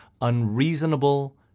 Unreasonable